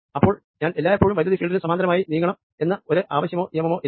ഇപ്പോൾ ഞാൻ എല്ലായെപ്പോഴും ഇലക്ട്രിക് ഫീൽഡിന് സമാന്തരമായി നീങ്ങണം എന്ന ഒരു ആവശ്യമോ നിയമമോ ഇല്ല